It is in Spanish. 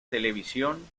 televisión